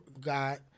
God